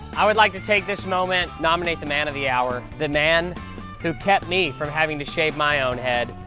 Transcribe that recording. i would like to take this moment, nominate the man of the hour, the man who kept me from having to shave my own head,